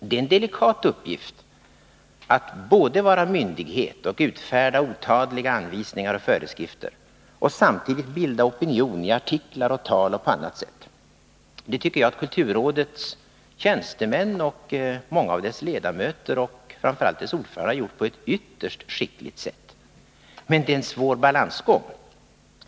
Det är en delikat uppgift att både vara en myndighet som utfärdar otaliga anvisningar och föreskrifter och samtidigt bilda opinion i artiklar, tal och på annat sätt. Det tycker jag att kulturrådets tjänstemän, många av dess ledamöter och framför allt dess ordförande gjort på ett ytterst skickligt sätt. Men det är en svår balansgång.